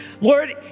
Lord